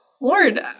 Lord